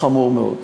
חמור מאוד.